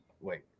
wait